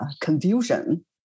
confusion